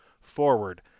forward